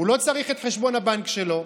הוא לא צריך את חשבון הבנק שלו,